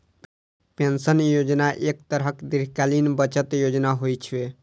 pension योजना एक तरहक दीर्घकालीन बचत योजना होइ छै